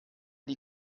die